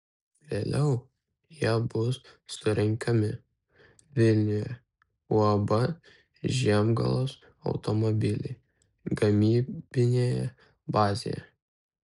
vėliau jie bus surenkami vilniuje uab žiemgalos automobiliai gamybinėje bazėje